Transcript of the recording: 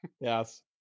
Yes